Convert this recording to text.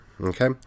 Okay